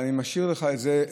אני משאיר לך את זה,